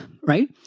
right